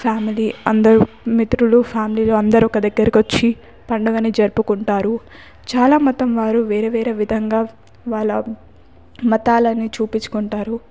family అందరు మిత్రులు ఫ్యామిలీలో అందరూ ఒక దగ్గరికొచ్చి పండుగని జరుపుకుంటారు చాలా మతం వారు వేరే వేరే విధంగా వాళ్ళ మతాలను చూపించుకుంటారు